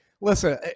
Listen